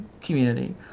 community